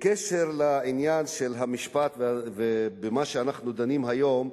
בעניין המשפט ומה שאנחנו דנים היום,